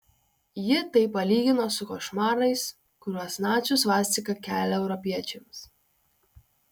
ji tai palygino su košmarais kuriuos nacių svastika kelia europiečiams